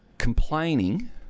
complaining